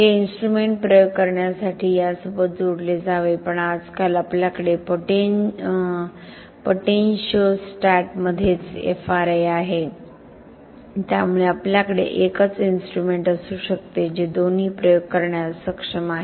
हे इन्स्ट्रुमेंट प्रयोग करण्यासाठी यासोबत जोडले जावे पण आजकाल आपल्याकडे पोटेंटिओस्टॅटमध्येच FRA आहे त्यामुळे आपल्याकडे एकच इन्स्ट्रुमेंट असू शकते जे दोन्ही प्रयोग करण्यास सक्षम आहे